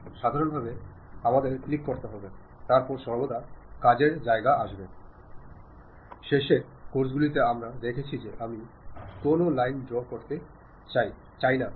ഉദാഹരണത്തിന് നമുക്ക് വ്യത്യസ്ത വഴികളിലൂടെ ആശയവിനിമയം നടത്താൻ കഴിയും എന്നിരുന്നാലും ആശയവിനിമയം ഉദ്ദേശിച്ച ലക്ഷ്യം കൈവരിക്കുമ്പോൾ മാത്രമേ അത് ഫലപ്രദമായി കണക്കാക്കാൻ സാധുക്കൂ